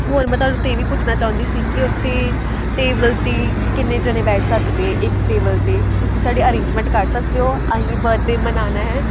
ਹੋਰ ਮੈਂ ਤੁਹਾਨੂੰ ਇਹ ਵੀ ਪੁੱਛਣਾ ਚਾਹੁੰਦੀ ਸੀ ਕਿ ਉੱਥੇ ਟੇਬਲ 'ਤੇ ਕਿੰਨੇ ਜਣੇ ਬੈਠ ਸਕਦੇ ਇੱਕ 'ਤੇ ਤੁਸੀਂ ਸਾਡੇ ਅਰੇਂਜਮੈਂਟ ਕਰ ਸਕਦੇ ਹੋ ਅਸੀਂ ਬਰਥਡੇ ਮਨਾਉਣਾ ਹੈ